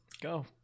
Go